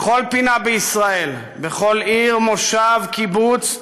בכל פינה בישראל, בכל עיר, מושב, קיבוץ וכפר,